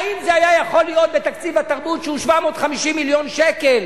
האם זה היה יכול להיות בתקציב התרבות שהוא 750 מיליון שקל